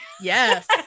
Yes